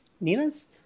Nina's